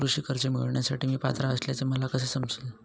कृषी कर्ज मिळविण्यासाठी मी पात्र असल्याचे मला कसे समजेल?